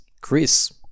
Chris